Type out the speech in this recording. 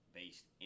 based